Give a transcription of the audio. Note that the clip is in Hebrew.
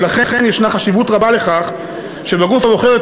ולכן יש חשיבות רבה לכך שבגוף הבוחר את